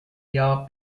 jahr